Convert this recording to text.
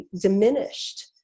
diminished